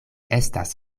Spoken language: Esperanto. estas